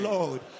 Lord